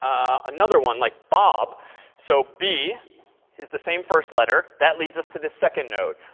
um another one, like bob so b is the same first letter. that leads us to this second node.